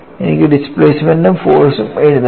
എനിക്ക് ഡിസ്പ്ലേസ്മെൻറ് ഉം ഫോഴ്സ് ഉം എഴുതണം